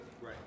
Right